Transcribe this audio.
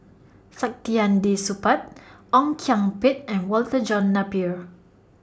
Saktiandi Supaat Ong Kian Peng and Walter John Napier